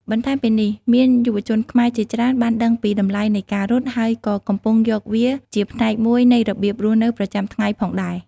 បន្ថែមពីនេះ មានយុវជនខ្មែរជាច្រើនបានដឹងពីតម្លៃនៃការរត់ ហើយក៏កំពុងយកវាជាផ្នែកមួយនៃរបៀបរស់នៅប្រចាំថ្ងៃផងដែរ។